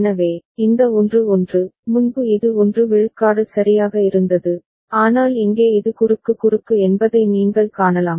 எனவே இந்த 1 1 முன்பு இது 1 சரியாக இருந்தது ஆனால் இங்கே இது குறுக்கு குறுக்கு என்பதை நீங்கள் காணலாம்